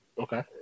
Okay